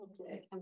Okay